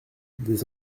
des